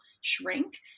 shrink